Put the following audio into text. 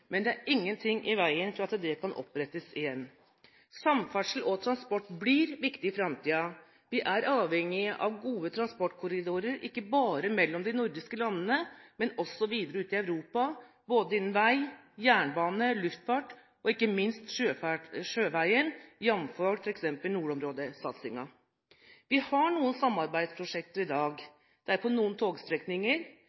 men det er ingenting i veien for at det kan opprettes igjen. Samferdsel og transport blir viktig i framtiden. Vi er avhengig av gode transportkorridorer – ikke bare mellom de nordiske landene, men også videre ut i Europa både innenfor vei, jernbane, luftfart og ikke minst sjøveien, jf. nordområdesatsingen. Vi har noen samarbeidsprosjekter i dag,